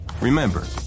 Remember